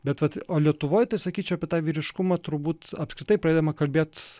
bet vat o lietuvoj tai sakyčiau apie tą vyriškumą turbūt apskritai pradedama kalbėt